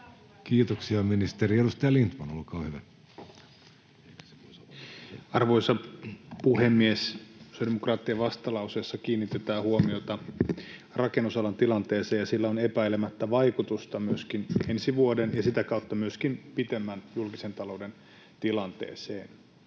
Kiitoksia, ministeri. — Edustaja Lindtman, olkaa hyvä. Arvoisa puhemies! Sosiaalidemokraattien vastalauseessa kiinnitetään huomiota rakennusalan tilanteeseen, ja sillä on epäilemättä vaikutusta myöskin ensi vuoden ja sitä kautta myöskin pitemmän ajan julkisen talouden tilanteeseen.